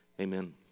amen